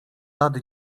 lat